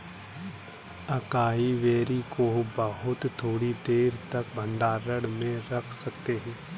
acai berry को बहुत थोड़ी देर तक भंडारण में रख सकते हैं